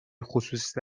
خصوصی